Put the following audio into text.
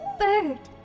bird